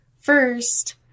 first